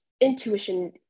Intuition